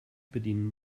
bedienen